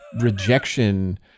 rejection